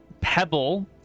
Pebble